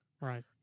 Right